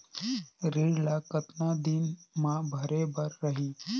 ऋण ला कतना दिन मा भरे बर रही?